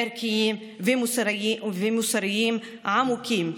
ערכיים ומוסריים עמוקים,